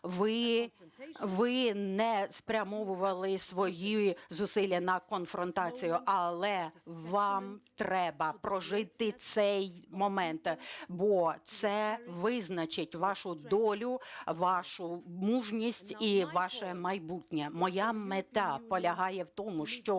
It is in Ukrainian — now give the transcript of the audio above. ви не спрямовували свої зусилля на конфронтацію, але вам треба прожити цей момент, бо це визначить вашу долю, вашу мужність і ваше майбутнє. Моя мета полягає в тому, щоб